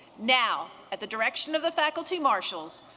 now, at the direction of the faculty marshals,